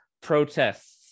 protests